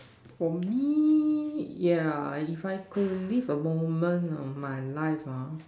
for me yeah if I could relive a moment of my life ah